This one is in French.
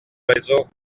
oiseaux